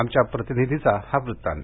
आमच्या प्रतिनिधीचा हा वृत्तांत